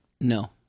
No